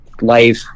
life